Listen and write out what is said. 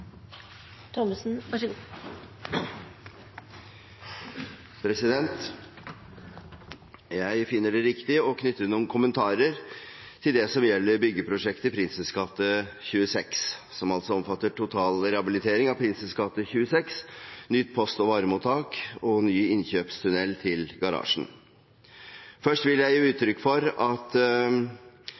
Jeg finner det riktig å knytte noen kommentarer til det som gjelder byggeprosjektet Prinsens gate 26, som altså omfatter totalrehabilitering av Prinsens gate 26, nytt post- og varemottak og ny innkjøringstunnel til garasjen. Først vil jeg gi uttrykk for at